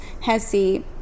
HESI